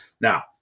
Now